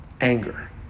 Anger